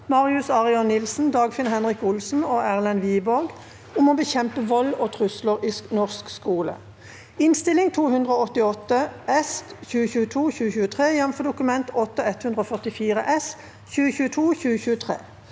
Marius Arion Nilsen, Dagfinn Henrik Olsen og Erlend Wiborg om å bekjempe vold og trusler i norsk skole (Innst. 288 S (2022–2023), jf. Dokument 8:144 S (2022–